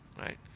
Right